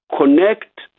connect